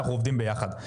אנחנו עובדים ביחד,